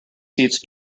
seats